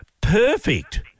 Perfect